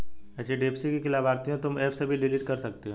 HDFC की लाभार्थियों तुम एप से भी डिलीट कर सकते हो